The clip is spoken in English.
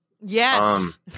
Yes